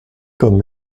comme